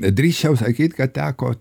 drįsčiau sakyt kad teko